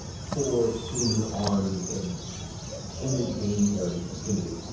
four, swinging arms of imminent danger in its vicinity